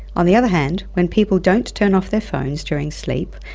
on the other hand, when people don't turn off their phones during sleep,